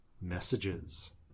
messages